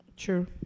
True